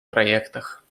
проектах